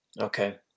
Okay